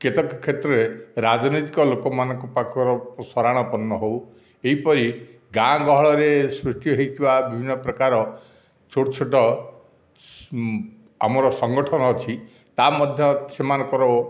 କେତେକ କ୍ଷେତ୍ରରେ ରାଜନୈତିକ ଲୋକମାନଙ୍କ ପାଖରେ ଶରଣାପନ୍ନ ହେଉ ଏହିପରି ଗାଁ ଗହଳରେ ସୃଷ୍ଟି ହୋଇଥିବା ବିଭିନ୍ନ ପ୍ରକାର ଛୋଟ ଛୋଟ ଆମର ସଂଗଠନ ଅଛି ତା'ମଧ୍ୟ ସେମାନଙ୍କର